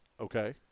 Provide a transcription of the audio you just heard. Okay